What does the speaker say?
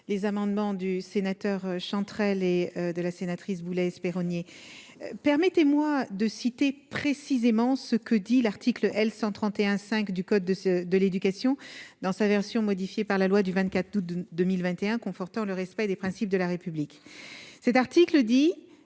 les amendements du sénateur chanterelles et de la sénatrice Boulay-Espéronnier. Permettez-moi de citer précisément ce que dit l'article L 131 5 du code de ceux de l'éducation, dans sa version modifiée par la loi du 24 août 2021, confortant le respect des principes de la République, cet article dit